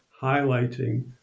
highlighting